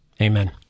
Amen